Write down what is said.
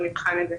נבחן את זה.